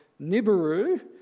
Nibiru